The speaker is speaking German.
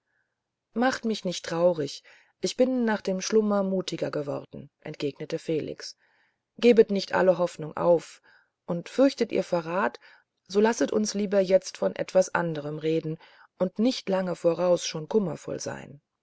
machet mich nicht traurig ich bin nach dem schlummer mutiger geworden entgegnete felix gebet nicht alle hoffnung auf und fürchtet ihr verrat so lasset uns lieber jetzt von etwas anderem reden und nicht lange voraus schon kummervoll sein